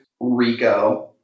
Rico